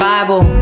Bible